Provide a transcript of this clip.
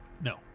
No